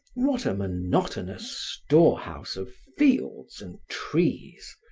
what a monotonous storehouse of fields and trees!